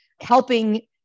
helping